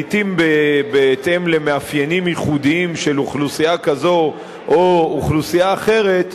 לעתים בהתאם למאפיינים ייחודיים של אוכלוסייה כזו או אוכלוסייה אחרת,